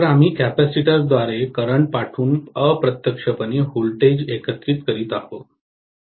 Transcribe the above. तर आम्ही कॅपेसिटरद्वारे करंट पाठवून अप्रत्यक्षपणे व्होल्टेज एकत्रित करीत आहोत